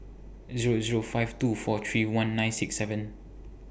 Zero Zero five two four three one nine six seven